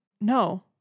No